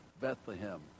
Bethlehem